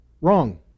Wrong